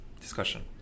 discussion